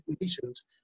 nations